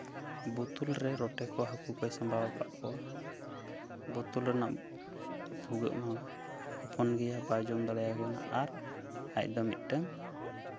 ᱵᱳᱛᱩᱞ ᱨᱮ ᱦᱟᱹᱠᱩ ᱠᱚ ᱨᱚᱴᱮ ᱠᱚᱭ ᱥᱟᱢᱵᱟᱣ ᱟᱠᱟᱫ ᱠᱚᱣᱟ ᱵᱳᱛᱚᱞ ᱨᱮᱱᱟᱜ ᱵᱷᱩᱜᱟᱹᱜ ᱢᱟ ᱦᱚᱯᱚᱱ ᱜᱮᱭᱟ ᱵᱟᱭ ᱡᱚᱢ ᱫᱟᱲᱮᱭᱟᱠᱚ ᱠᱟᱱᱟ ᱟᱨ ᱟᱡᱫᱚ ᱢᱤᱫᱴᱟᱱ